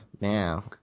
now